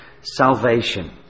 salvation